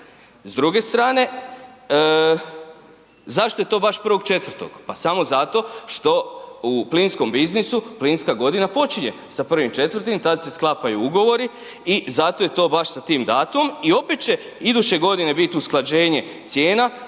S druge strane, zašto je to baš 1.4.? Pa samo zato što u plinskom biznisu, plinska godina počinje sa 1.4., tad se sklapaju ugovori i zato je to baš sa tim datumom i opet će iduće godine biti usklađenje cijena